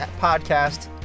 podcast